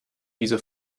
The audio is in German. dieser